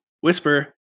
whisper